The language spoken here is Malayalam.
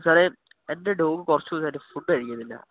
സാറേ എൻ്റെ ഡോഗ് കുറച്ചു ദിവസമായിട്ട് ഫുഡ് കഴിക്കുന്നില്ല